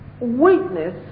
weakness